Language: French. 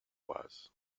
oise